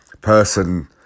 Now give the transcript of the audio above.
person